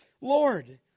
Lord